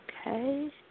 Okay